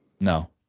No